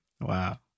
Wow